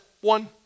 One